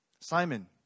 Simon